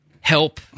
help –